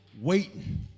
waiting